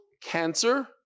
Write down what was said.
cancer